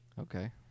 Okay